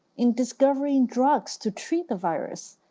in discovering drugs to treat the virus,